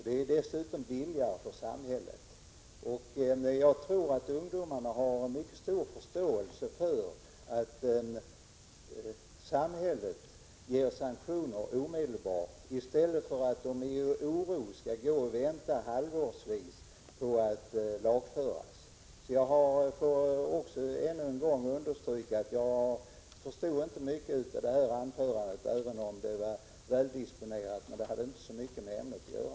Det är dessutom billigare för samhället. Jag tror att ungdomarna har mycket stor förståelse för att samhället ger sanktioner omedelbart — i stället för att ungdomarna i oro skall gå och vänta halvårsvis på att lagföras. Jag vill ännu en gång understryka att jag inte förstod mycket av Jan Jennehags anförande, även om det var väl disponerat. Det hade inte så mycket med ämnet att göra.